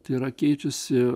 tai yra keičiasi